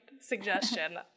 suggestion